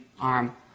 arm